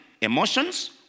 emotions